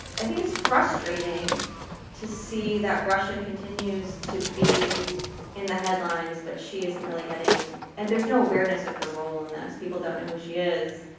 i think it's frustrating to see that russia continues to be in the headlines but she isn't really getting. and there's no awareness of her role in this, people don't know who she is.